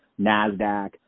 NASDAQ